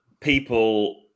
people